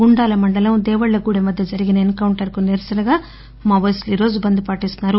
గుండాల మండలం దేవళ్లగూడెం వద్ద జరిగిన ఎస్ కౌంటర్ కు నిరసనగా మావోయిస్టులు ఈ రోజు బంద్ పాటిస్తున్నారు